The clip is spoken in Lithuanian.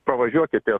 pravažiuokit juos